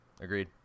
Agreed